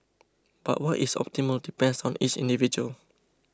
but what is optimal depends on each individual